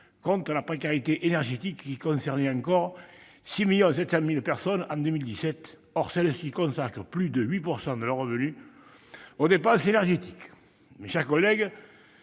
contre la précarité énergétique qui concernait encore 6,7 millions de personnes en 2017. Or celles-ci consacrent plus de 8 % de leurs revenus aux dépenses énergétiques. Mes chers collègues,